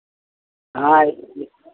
हाँ